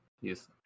yes